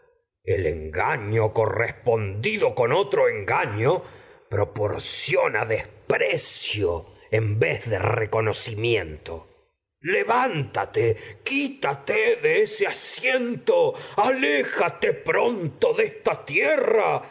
el engaño correspondido con en otro engaño proporciona levántate desprecio vez de reconocimiento quítate de ese edipo en colono asiento aléjate pronto tu de esta tierra